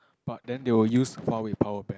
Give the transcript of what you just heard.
but then they will use Huawei power bank